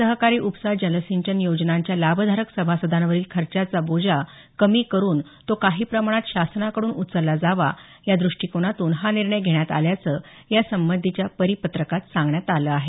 सहकारी उपसा जलसिंचन योजनांच्या लाभधारक सभासदांवरील खर्चाचा बोजा कमी करुन तो काही प्रमाणात शासनाकडून उचलला जावा या द्रष्टीकोनातून हा निर्णय घेण्यात आल्याचं यासंबंधीच्या परिपत्रकात सांगण्यात आलं आहे